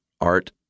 art